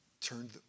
turned